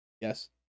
Yes